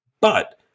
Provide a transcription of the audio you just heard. But-